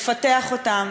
לפתח אותם.